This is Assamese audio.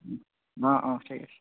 অঁ অঁ ঠিক আছে